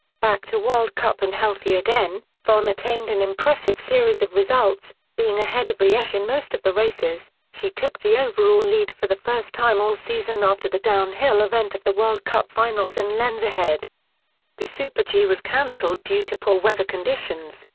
back to world cup and healthy again, vonn attained an impressive series of results being ahead of riesch in most of the races, she took the overall lead for the first time all season after the downhill event of the world cup finals in lenzerheide. the super-g was cancelled due to poor weather conditions,